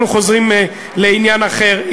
אנחנו חוזרים לעניין אחר,